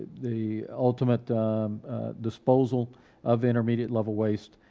the ultimate disposal of intermediate level waste,